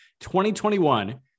2021